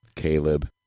Caleb